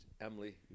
Emily